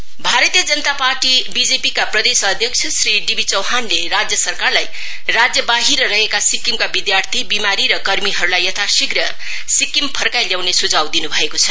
BJP Bharatiya Janata Party BJP का प्रदेश अध्यक्ष श्री डीबी चौहानले राज्य सरकारलाई राज्यबाहिर रहेका सिक्किमका विद्यार्थी विमारी र कर्मीहरुलाई यथाशीघ्र सिक्किम फर्काई ल्याउने सुझाव दिनु भएको छ